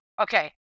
Okay